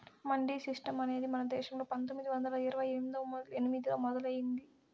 mandi system అనేది మన దేశంలో పందొమ్మిది వందల ఇరవై ఎనిమిదిలో మొదలయ్యింది